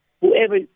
whoever